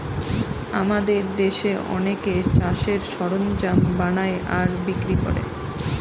আমাদের দেশে অনেকে চাষের সরঞ্জাম বানায় আর বিক্রি করে